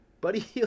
Buddy